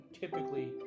typically